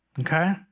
Okay